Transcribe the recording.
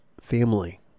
family